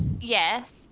Yes